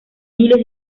nilo